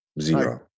Zero